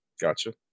Gotcha